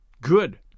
Good